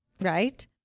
right